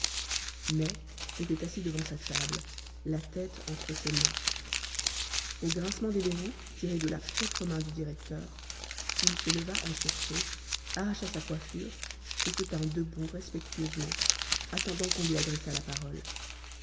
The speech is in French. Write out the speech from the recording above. mai était assis devant sa table la tête entre ses mains au grincement des verrous tirés de la propre main du directeur il se leva en sursaut arracha sa coiffure et se tint debout respectueusement attendant qu'on lui adressât la parole